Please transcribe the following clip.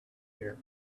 here